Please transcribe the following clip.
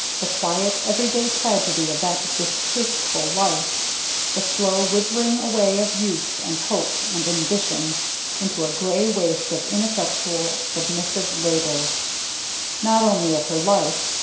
the quiet everyday tragedy of that distasteful life the slow withering away of youth and hope and ambition into a gray waste of ineffectual submissive labor not only of her life,